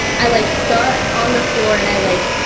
i, like, got on the floor and i, like,